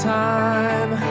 time